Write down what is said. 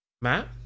Matt